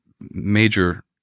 major